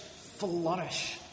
flourish